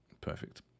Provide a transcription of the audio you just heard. perfect